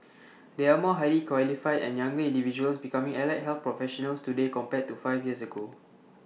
there are more highly qualified and younger individuals becoming allied health professionals today compared to five years ago